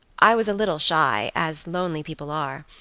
i was a little shy, as lonely people are,